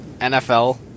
NFL